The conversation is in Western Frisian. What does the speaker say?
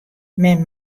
men